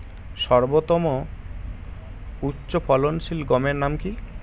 সর্বতম উচ্চ ফলনশীল গমের নাম কি?